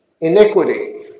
Iniquity